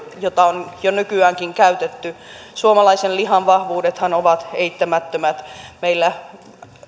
jota on nykyäänkin käytetty suomalaisen lihan vahvuudethan ovat eittämättömät meillä